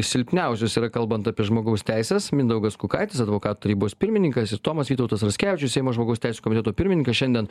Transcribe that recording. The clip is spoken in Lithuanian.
silpniausios yra kalbant apie žmogaus teises mindaugas kukaitis advoka tarybos pirmininkas ir tomas vytautas raskevičius seimo žmogaus teisių komiteto pirmininkas šiandien